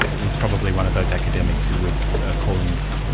was probably one of those academics who was calling for,